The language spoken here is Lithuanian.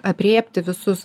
aprėpti visus